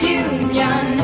union